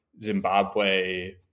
Zimbabwe